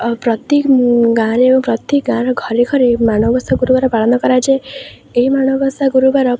ପ୍ରତି ଗାଁ'ରେ ଏବଂ ପ୍ରତି ଗାଁ'ର ଘରେ ଘରେ ମାଣବସା ଗୁରୁବାର ପାଳନ କରାଯାଏ ଏହି ମାଣବସା ଗୁରୁବାର